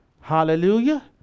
Hallelujah